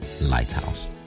Lighthouse